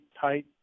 tight